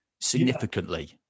significantly